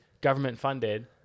government-funded